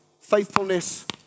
faithfulness